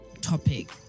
topic